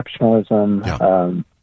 exceptionalism